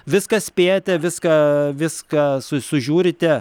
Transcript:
viską spėjate viską viską su sužiūrite